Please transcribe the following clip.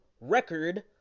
record